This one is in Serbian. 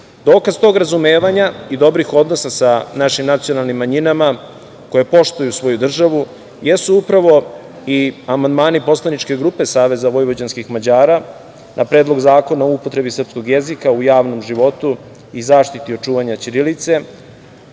Dokaz tog razumevanja i dobrih odnosa sa našim nacionalnim manjinama koje poštuju svoju državu jesu upravo i amandmani poslaničke grupe SVM na Predlog zakona o upotrebi srpskog jezika u javnom životu i zaštiti očuvanja ćirilice.